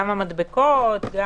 גם המדבקות.